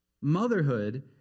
Motherhood